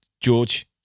George